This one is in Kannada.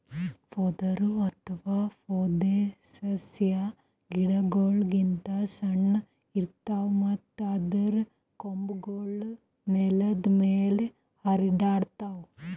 ಪೊದರು ಅಥವಾ ಪೊದೆಸಸ್ಯಾ ಗಿಡಗೋಳ್ ಗಿಂತ್ ಸಣ್ಣು ಇರ್ತವ್ ಮತ್ತ್ ಅದರ್ ಕೊಂಬೆಗೂಳ್ ನೆಲದ್ ಮ್ಯಾಲ್ ಹರ್ಡಿರ್ತವ್